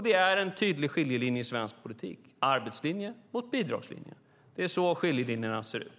Det är en tydlig skiljelinje i svensk politik - arbetslinje mot bidragslinje. Det är så skiljelinjen ser ut.